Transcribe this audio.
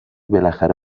بالاخره